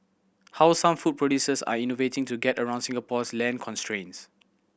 how some food producers are innovating to get around Singapore's land constraints